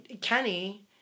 Kenny